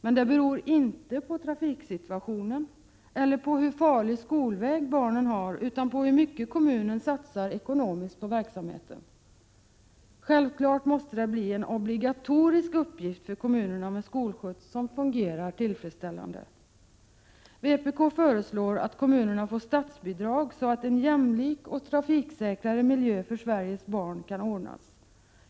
Detta beror inte på trafiksituationen eller på hur farlig skolväg barnen har utan på hur mycket kommunen satsar ekonomiskt på verksamheten. Självfallet måste det bli en obligatorisk uppgift för kommunerna att ordna skolskjutsar som fungerar tillfredsställande. Vpk föreslår att kommunerna får statsbidrag, så att en jämlik och trafiksäkrare miljö för Sveriges barn kan ordnas.